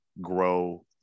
grow